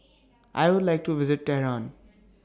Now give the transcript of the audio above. I Would like to visit Tehran